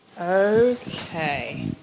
Okay